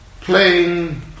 playing